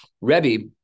Rebbe